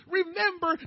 remember